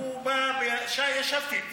ישבתי איתו.